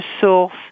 source